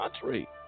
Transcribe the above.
country